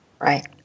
Right